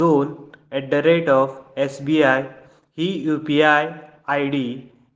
दोन at the rate of S B I ही UPI ID